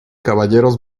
caballeros